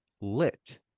lit